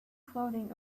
clothing